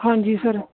ਹਾਂਜੀ ਸਰ